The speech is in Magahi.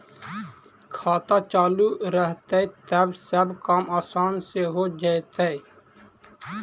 खाता चालु रहतैय तब सब काम आसान से हो जैतैय?